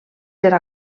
era